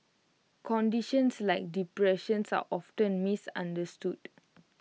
conditions like depressions are often misunderstood